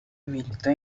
militó